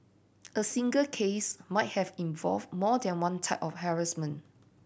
a single case might have involved more than one type of harassment